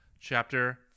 Chapter